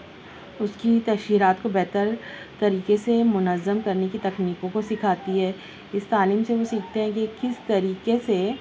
اُس کی تشہیرات کو بہتر طریقے سے منّظم کرنے کی تکنیکوں کو سکھاتی ہے اِس تعلیم سے وہ سیکھتے ہیں کہ کس طریقے سے